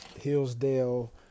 Hillsdale